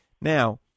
Now